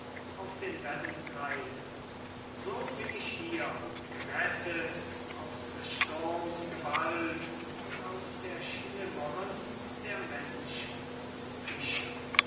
auf den wellen treiben so bin ich hier gerettet aus des sturms gewalt und aus der schlimmeren der menschen fischer